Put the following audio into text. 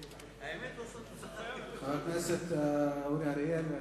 חבר הכנסת אורי אריאל,